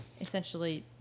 essentially